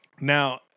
Now